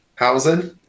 Housing